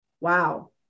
Wow